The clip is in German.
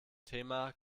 thema